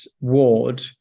Ward